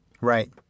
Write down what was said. Right